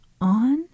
on